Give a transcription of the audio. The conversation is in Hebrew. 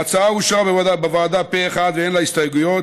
ההצעה אושרה בוועדה פה אחד ואין לה הסתייגויות,